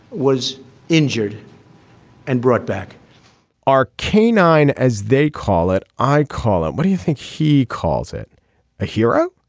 was injured and brought back our canine as they call it. i call it. what do you think he calls it a hero.